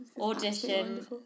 audition